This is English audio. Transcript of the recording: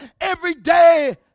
everyday